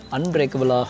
Unbreakable